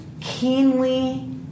keenly